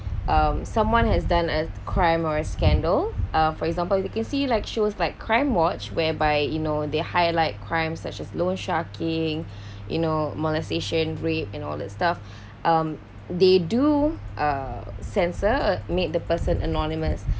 um someone has done as crime or a scandal uh for example you can see like shows like crime watch whereby you know they highlight crimes such as loan sharking you know molestation rape and all the stuff um they do uh censored made the person anonymous